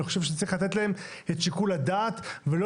אני חושב שצריך לתת להם את שיקול הדעת ולא